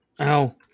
Ow